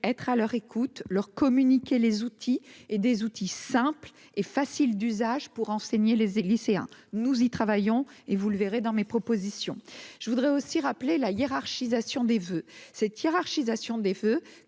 être à leur écoute, leur communiqué, les outils et des outils simples et faciles d'usage pour enseigner les et lycéens, nous y travaillons et vous le verrez dans mes propositions, je voudrais aussi rappeler la hiérarchisation des voeux cette hiérarchisation des feux